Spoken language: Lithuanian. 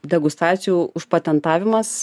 degustacijų užpatentavimas